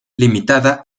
limitada